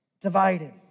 divided